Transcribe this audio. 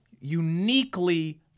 uniquely